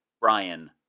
Brian